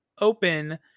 open